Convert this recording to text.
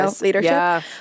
leadership